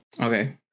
Okay